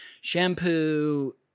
Shampoo